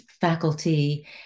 faculty